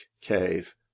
cave